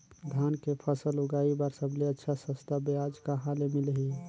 धान के फसल उगाई बार सबले अच्छा सस्ता ब्याज कहा ले मिलही?